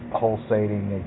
pulsating